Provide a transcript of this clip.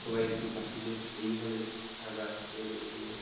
সবাই একটু পাখিদের এইভাবে থাকার এ করে দিয়ে